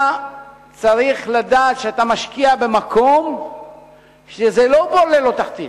אתה צריך לדעת שאתה משקיע במקום שהוא לא בור ללא תחתית.